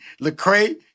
Lecrae